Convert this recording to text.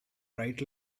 right